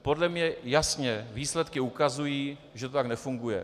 Podle mě jasně výsledky ukazují, že to tak nefunguje.